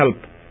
help